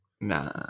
nah